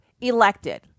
elected